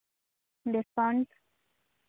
discount